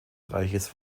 reiches